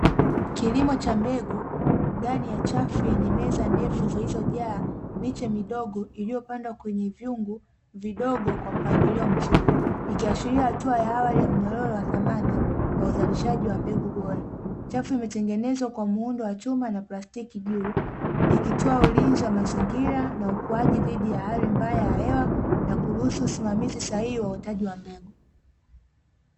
Kilimo cha mbegu, ndani ya chafu yenye meza ndefu zilizojaa miche midogo iliyopandwa kwenye vyungu vidogo kwa mpangilio mzuri, ikiashiria hatua ya awali ya mnyororo wa thamani wa uzalishaji wa mbegu bora. Chafu imetengenezwa kwa muundo wa chuma na plastiki juu, ikitoa ulinzi wa mazingira na ukuaji dhidi ya hali mbaya ya hewa na kuruhusu usimamizi sahihi wa uotaji wa mbegu.